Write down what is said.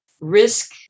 risk